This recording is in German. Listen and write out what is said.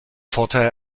vorteil